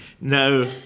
no